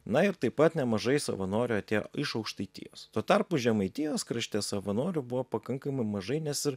na ir taip pat nemažai savanorių atėjo iš aukštaitijos tuo tarpu žemaitijos krašte savanorių buvo pakankamai mažai nes ir